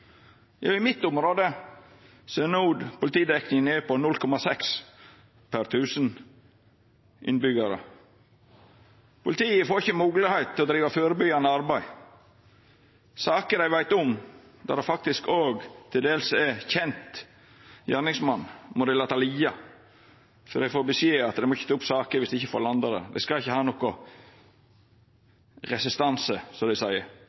I mitt område er no politidekninga nede på 0,6 per 1 000 innbyggjarar. Politiet får ikkje moglegheit til å driva førebyggjande arbeid. Saker dei veit om – der det faktisk òg til dels er kjent gjerningsmann – må dei lata liggja, for dei får beskjed om at dei ikkje må ta opp saker viss dei ikkje får landa dei. Me skal ikkje ha nokon restanse, som dei seier.